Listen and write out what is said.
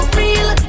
real